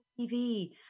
TV